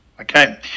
Okay